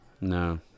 No